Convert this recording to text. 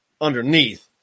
underneath